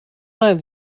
have